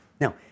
Now